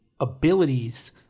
abilities